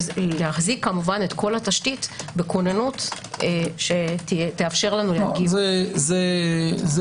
להחזיק את כל התשתית בכוננות שתאפשר לנו- -- זה ברור.